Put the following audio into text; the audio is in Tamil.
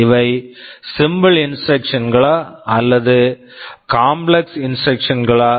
இவை சிம்பிள் இன்ஸ்ட்ரக்க்ஷன்ஸ் simple instructions களா அல்லது காம்ப்ளக்ஸ் இன்ஸ்ட்ரக்க்ஷன்ஸ் complex instructions களா